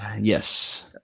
Yes